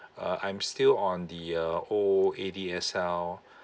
uh I'm still on the uh whole A_D_S_L